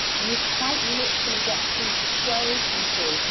you quite literally get to show people,